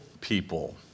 people